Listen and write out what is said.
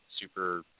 super